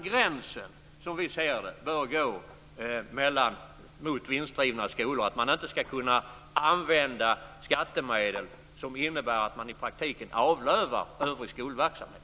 Gränsen, som vi ser det, bör gå vid vinstdrivande skolor. Man ska inte kunna använda skattemedel på ett sätt som innebär att man i praktiken avlövar övrig skolverksamhet.